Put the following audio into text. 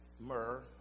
myrrh